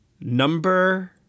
Number